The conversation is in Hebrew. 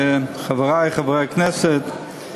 חברי חברי הכנסת,